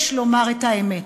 יש לומר את האמת,